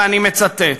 ואני מצטט: